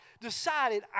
decided